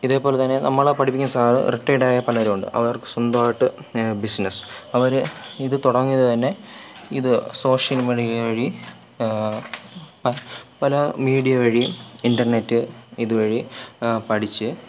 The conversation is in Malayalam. ഇതേപോലെതന്നെ നമ്മളാ പഠിപ്പിക്കുന്ന സാര് റിട്ടേഡായ പലരൂണ്ട് അവർ സ്വന്തമായിട്ട് ബിസിനസ് അവര് ഇത് തുടങ്ങിയത് തന്നെ ഇത് സോഷ്യൽ മീഡിയയിൽ വഴി പല മീഡിയ വഴിയും ഇൻ്റെർനെറ്റ് ഇതുവഴി പഠിച്ച്